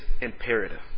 imperative